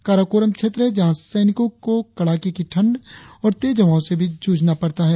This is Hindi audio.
काराकोरम क्षेत्र है जहां सैनिकों को कड़ाके की ठंड और तेज हवाओ से भी जूझना पड़ता है